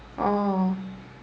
oh